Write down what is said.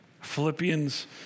Philippians